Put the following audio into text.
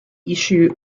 issue